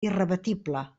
irrebatible